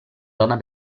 donna